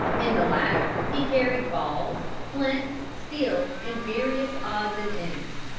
in the latter he carried balls, flints, steel, and various odds and ends.